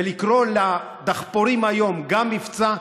ולקרוא גם לדחפורים היום מבצע,